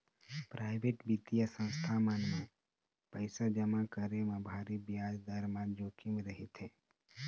private बित्तीय संस्था मन म पइसा जमा करे म भारी बियाज दर म जोखिम रहिथे